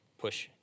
push